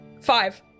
Five